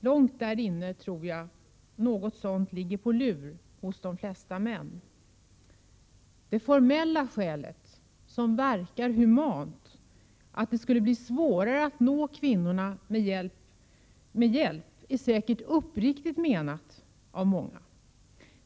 Långt där inne tror jag att något sådant ligger på lur hos de flesta män. Det formella skälet — som verkar humant — att det skulle bli svårare att nå kvinnorna med hjälp är säkert uppriktigt menat av många.